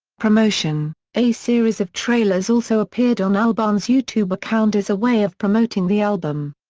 promotion a series of trailers also appeared on albarn's youtube account as a way of promoting the album.